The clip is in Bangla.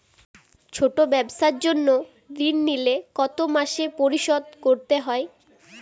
ছোট ব্যবসার জন্য ঋণ নিলে কত মাসে পরিশোধ করতে হয়?